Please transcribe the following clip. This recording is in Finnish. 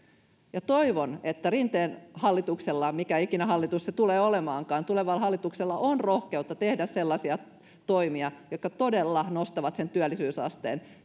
toivon että rinteen hallituksella tai mikä hallitus se ikinä tulee olemaankaan tulevalla hallituksella on rohkeutta tehdä sellaisia toimia jotka todella nostavat sen työllisyysasteen